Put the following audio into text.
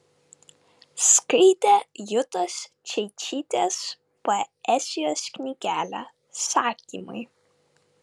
skaitė jutos čeičytės poezijos knygelę sakymai